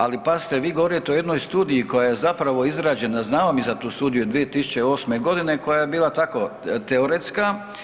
Ali pazite, vi govorite o jednoj studiji koja je zapravo izrađena, znamo mi za tu studiju 2008.g. koja je bila tako teoretska.